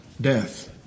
death